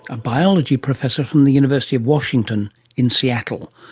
a biology professor from the university of washington in seattle.